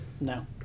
No